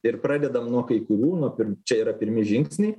ir pradedam nuo kai kurių nuo kur čia yra pirmi žingsniai